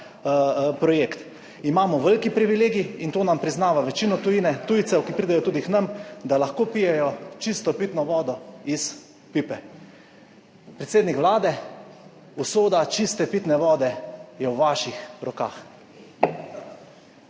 projekt. Imamo velik privilegij in to nam priznava večino tujine, tujcev, ki pridejo tudi k nam, da lahko pijejo čisto pitno vodo iz pipe. Predsednik Vlade, usoda čiste pitne vode je v vaših rokah!